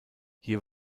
hier